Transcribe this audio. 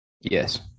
Yes